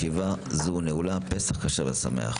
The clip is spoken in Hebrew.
ישיבה זו נעולה, פסח כשר ושמח.